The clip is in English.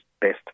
best